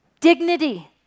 dignity